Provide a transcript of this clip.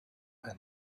and